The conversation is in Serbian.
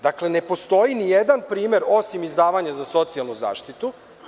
Dakle, ne postoji nijedan primer, osim izdavanje za socijalnu zaštitu.